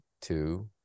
two